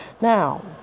Now